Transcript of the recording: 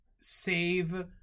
save